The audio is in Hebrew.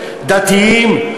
דתיים,